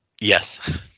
yes